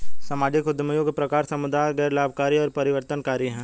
सामाजिक उद्यमियों के प्रकार समुदाय, गैर लाभकारी और परिवर्तनकारी हैं